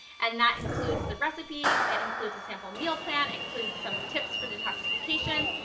and that includes the recipes, it includes a sample meal plan, includes some tips for detoxification,